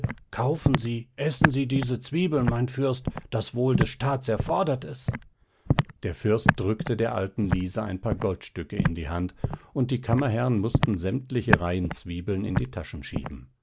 kaufen sie essen sie diese zwiebeln mein fürst das wohl des staats erfordert es der fürst drückte der alten liese ein paar goldstücke in die hand und die kammerherrn mußten sämtliche reihen zwiebeln in die taschen schieben